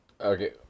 okay